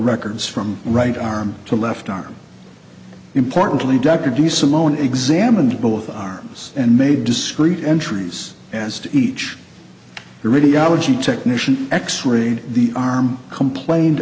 records from right arm to left arm importantly dr do simone examined both arms and made discrete entries as to each radiology technician x rayed the arm complained